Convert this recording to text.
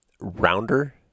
rounder